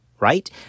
right